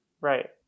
Right